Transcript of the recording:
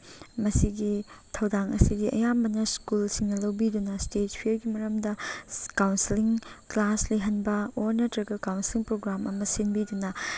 ꯃꯁꯤꯒꯤ ꯊꯧꯗꯥꯡ ꯑꯁꯤꯗꯤ ꯑꯌꯥꯝꯕꯅ ꯁ꯭ꯀꯨꯜꯁꯤꯡꯅ ꯂꯧꯕꯤꯗꯨꯅ ꯏꯁꯇꯦꯖ ꯐꯤꯌꯔꯒꯤ ꯃꯔꯝꯗ ꯀꯥꯎꯟꯁꯤꯂꯤꯡ ꯀ꯭ꯂꯥꯁ ꯂꯩꯍꯟꯕ ꯑꯣꯔ ꯅꯠꯇ꯭ꯔꯒ ꯀꯥꯎꯟꯁꯤꯂꯤꯡ ꯄ꯭ꯔꯣꯒ꯭ꯔꯥꯝ ꯑꯃ ꯁꯤꯟꯕꯤꯗꯨꯅ